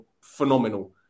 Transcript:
phenomenal